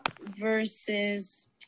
versus